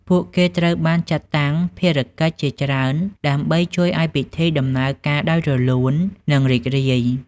ពួកគេត្រូវបានចាត់តាំងភារកិច្ចជាច្រើនដើម្បីជួយឱ្យពិធីដំណើរការដោយរលូន និងរីករាយ។